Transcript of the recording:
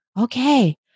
Okay